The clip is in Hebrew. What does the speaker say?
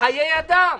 חיי אדם,